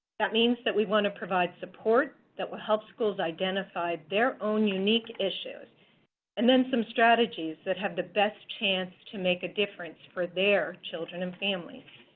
that means that we want to provide support that will help schools identify their unique issues and then some strategies that have the best chance to make a difference for their children and families.